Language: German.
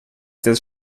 des